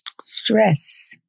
stress